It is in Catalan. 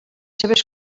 seves